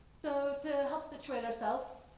so to help situate ourselves,